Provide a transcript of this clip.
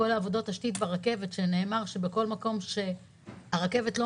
כל עבודות התשתית ברכבת שנאמר שבכל מקום שאליו הרכבת לא